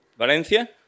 Valencia